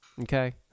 Okay